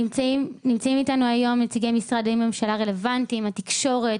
נמצאים אתנו היום נציגי משרדי הממשלה הרלוונטיים התקשורת,